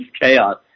chaos